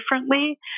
differently